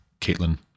Caitlin